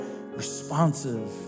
responsive